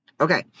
Okay